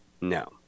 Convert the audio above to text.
No